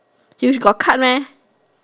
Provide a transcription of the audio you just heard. you got cut meh